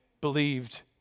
believed